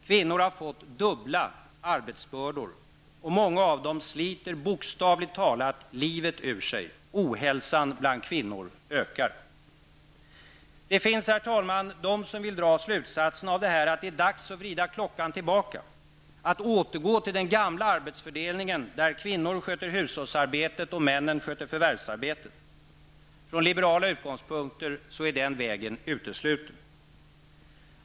Kvinnor har fått dubbla arbetsbördor, och många av dem sliter, bokstavligt talat, livet ur sig. Det finns dem som vill dra slutsatsen att det är dags att vrida klockan tillbaka, att återgå till den gamla arbetsfördelningen, där kvinnor sköter hushållsarbetet och män förvärvsarbetet. Från liberala utgångspunkter är den vägen utesluten.